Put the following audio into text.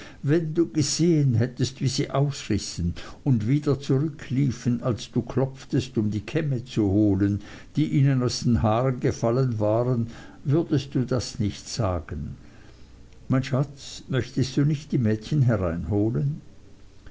wenn du gesehen hättest wie sie ausrissen und wieder zurückliefen als du klopftest um die kämme zu holen die ihnen aus den haaren gefallen waren würdest du das nicht sagen mein schatz möchtest du nicht die mädchen hereinholen